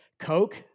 Coke